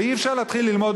ואי-אפשר להתחיל ללמוד,